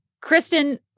Kristen